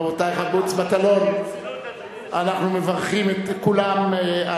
רבותי, מוץ מטלון, אנחנו מברכים, כולם,